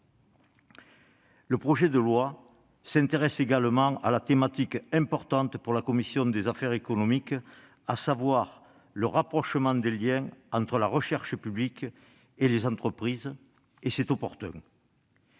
Ce projet de loi traite par ailleurs d'une thématique importante pour la commission des affaires économiques, à savoir le resserrement des liens entre la recherche publique et les entreprises ; c'est opportun.